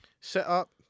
Setup